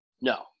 No